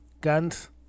guns